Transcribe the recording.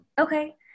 okay